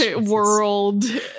world